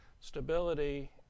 Stability